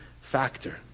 factor